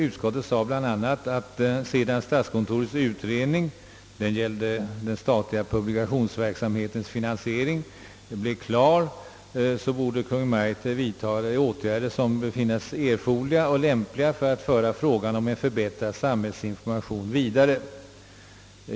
Utskottet framhöll därvid bl.a. att sedan statskontorets utredning — den gällde den statliga publikationsverksamhetens finansiering — avslutats, borde Kungl. Maj:t vidtaga de åtgärder som befinns lämpliga och erforderliga för att föra frågan om en förbättrad samhällsinformation vidare.